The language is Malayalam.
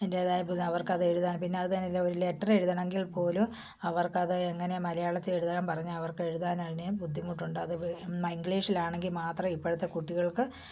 അതിൻറ്റേതായ പിന്നെ അവർക്ക് അത് എഴുതാൻ പിന്നെ അത് തന്നെയല്ല ഒരു ലെറ്റർ എഴുതണമെങ്കിൽ പോലും അവർക്ക് അത് എങ്ങനെ മലയാളത്തിൽ എഴുതാൻ പറഞ്ഞാൽ അവർക്ക് എഴുതാൻ തന്നേ ബുദ്ധിമുട്ടുണ്ട് അത് മംഗ്ളീഷിലാണെങ്കിൽ മാത്രേ ഇപ്പഴത്തെ കുട്ടികൾക്ക്